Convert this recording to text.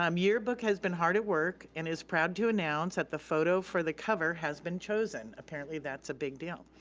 um yearbook has been hard at work and is proud to announce that the photo for the cover has been chosen. apparently, that's a big deal.